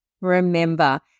Remember